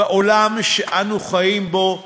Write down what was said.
בעולם שאנו חיים בו,